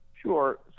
Sure